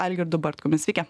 algirdu bartkumi sveiki